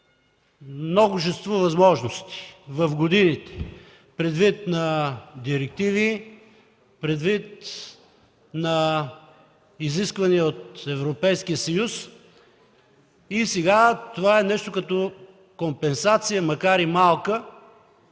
множество възможности в годините предвид на директиви, на изисквания от Европейския съюз и сега това е нещо като компенсация, макар и малка,